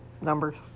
numbers